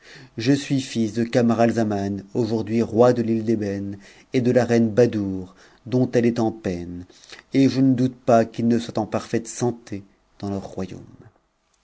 je suis m d camaralzaman aujourd'hui roi de î e d'ébène et de la reine badour dont eue est en peine et je ne doute pas qu'ils ne soient en parfaite sam dans leur royaume